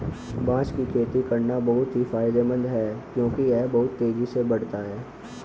बांस की खेती करना बहुत ही फायदेमंद है क्योंकि यह बहुत तेजी से बढ़ता है